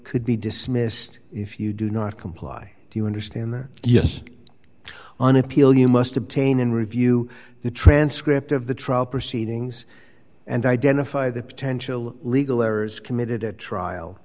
could be dismissed if you do not comply do you understand the yes on appeal you must obtain and review the transcript of the trial proceedings and identify the potential legal errors committed at trial